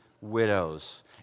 widows